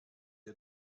sie